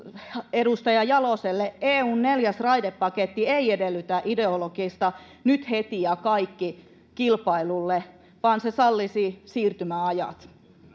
edustaja jaloselle eun neljäs raidepaketti ei edellytä ideologista nyt heti ja kaikki kilpailulle vaan se sallisi siirtymäajat